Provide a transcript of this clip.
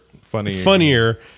funnier